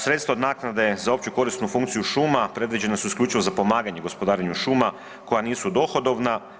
Sredstva od naknade za općekorisnu funkciju šuma predviđena su isključivo za pomaganje gospodarenje šuma koja nisu dohodovna.